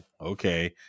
okay